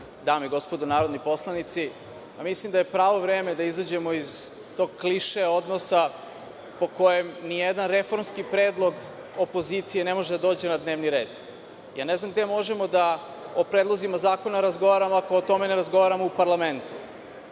Dame i gospodo narodni poslanici, mislim da je pravo vreme da izađemo iz tog kliše odnosa po kojem ni jedan reformski predlog opozicije ne može da dođe na dnevni red. Ne znam gde možemo o predlozima zakona da razgovaramo, ako o tome ne razgovaramo u parlamentu.